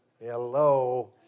Hello